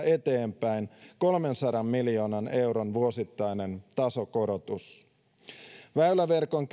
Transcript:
eteenpäin kolmensadan miljoonan euron vuosittainen tasokorotus väyläverkon